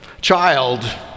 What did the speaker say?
child